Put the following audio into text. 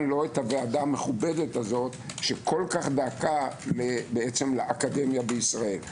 לא את הוועדה המכובדת הזאת שכל כך דאגה לאקדמיה בישראל.